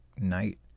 night